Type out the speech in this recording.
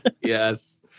Yes